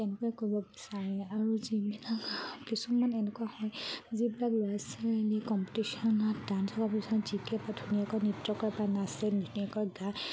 তেনেকুৱাই কৰিব বিচাৰে আৰু যিবিলাক কিছুমান এনেকুৱা হয় যিবিলাক ল'ৰা ছোৱালী কম্পিটিশ্যনত ডান্স কম্পিটিশ্যনত জিকে বৰ ধুনীয়াকৈ নৃত্য কৰে বা নাচে ধুনীয়াকৈ গায় তেতিয়া